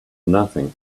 nothing